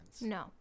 No